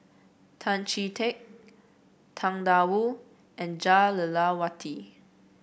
Tan Chee Teck Tang Da Wu and Jah Lelawati